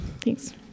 Thanks